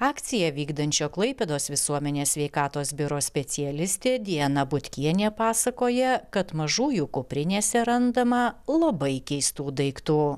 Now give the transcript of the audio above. akciją vykdančio klaipėdos visuomenės sveikatos biuro specialistė diana butkienė pasakoja kad mažųjų kuprinėse randama labai keistų daiktų